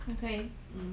okay